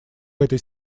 этой